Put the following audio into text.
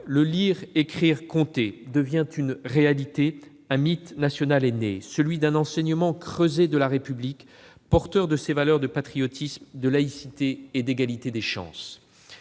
« lire, écrire, compter » devient-il une réalité. Un mythe national est né : celui d'un enseignement creuset de la République, porteur de ses valeurs de patriotisme, de laïcité et d'égalité des chances.